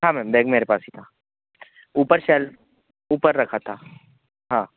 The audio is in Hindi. हाँ मैम बैग मेरे पास ही था ऊपर सेल ऊपर रखा था हाँ